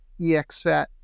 exfat